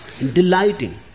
delighting